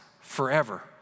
forever